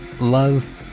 love